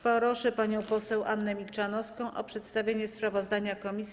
Proszę panią poseł Annę Milczanowską o przedstawienie sprawozdania komisji.